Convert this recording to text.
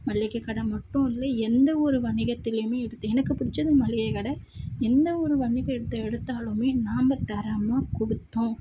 மளிகைக் கடை மட்டும் இல்லை எந்தவொரு வணிகத்துலேயுமே எடுத்தீங்கன்னால் எனக்கு பிடிச்சது மளிகைக் கடை எந்தவொரு வணிகத்தை எடுத்தாலுமே நாம் தரமாக கொடுத்தோம்